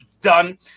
done